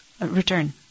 return